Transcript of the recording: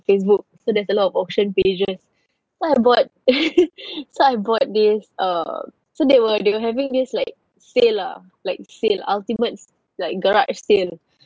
Facebook so there's a lot of auction pages so I bought so I bought this uh so they were they were having this like sale lah like sale ultimate s~ like garage sale